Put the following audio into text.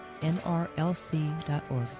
nrlc.org